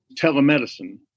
telemedicine